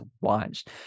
watched